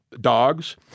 dogs